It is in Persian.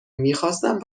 میخواستم